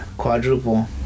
quadruple